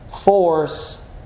force